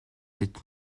sept